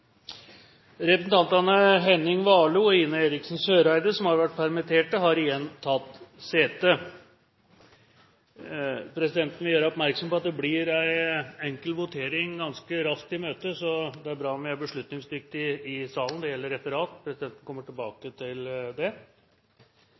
Representantene påhørte stående presidentens minnetale. Presidenten vil gjøre oppmerksom på at det blir en enkel votering ganske raskt i møtet, så det er bra at man er beslutningsdyktig i salen – det gjelder Referat. Presidenten kommer tilbake